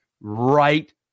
right